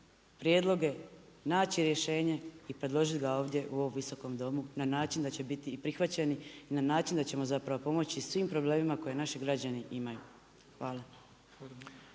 prijedloge, naći rješenje i predložiti ga ovdje u ovom Visokom domu na način da će biti i prihvaćeni i na način da ćemo zapravo pomoći i svim problemima koje naši građani imaju. Hvala.